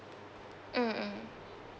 mm mm